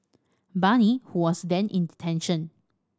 Bani who was then in detention